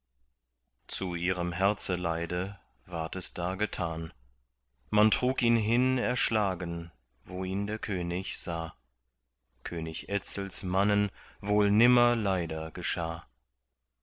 zu ihrem herzeleide ward es da getan man trug ihn hin erschlagen wo ihn der könig sah könig etzels mannen wohl nimmer leider geschah